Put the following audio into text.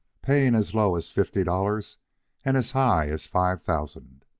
paying as low as fifty dollars and as high as five thousand.